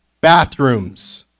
bathrooms